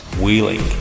Wheeling